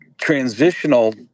transitional